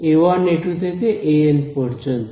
a1 a2 থেকে an পর্যন্ত